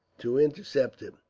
to intercept him.